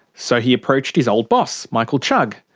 so he approached his old boss, michael chugg,